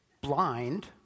blind